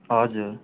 हजुर